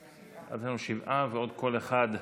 יש לנו שבעה ועוד קול אחד,